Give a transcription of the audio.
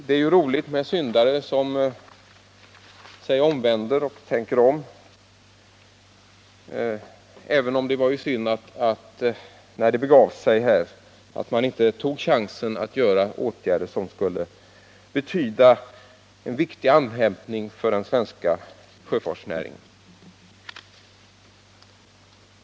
Det är ju roligt med syndare som sig omvänder. Men det var skada att Georg Danell när det begav sig inte stödde åtgärder som skulle ha inneburit en viktig andhämtningspaus för den svenska sjöfartsnäringen.